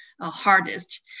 hardest